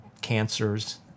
cancers